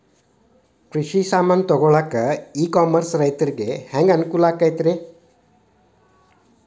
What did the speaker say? ಕೃಷಿ ಸಾಮಾನ್ ತಗೊಳಕ್ಕ ಇ ಕಾಮರ್ಸ್ ರೈತರಿಗೆ ಹ್ಯಾಂಗ್ ಅನುಕೂಲ ಆಕ್ಕೈತ್ರಿ?